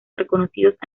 reconocidos